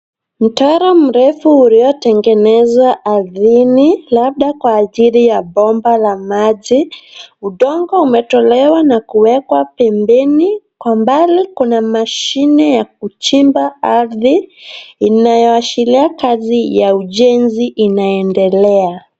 Mtaro mrefu uliotengenezwa ardhini, labda kwa ajili ya bomba la maji. Udongo umetolewa na kuwekwa pembeni. Kwa mbali kuna mashine ya kuchimba ardhi inayoashiria kazi ya ujenzi inaendelea.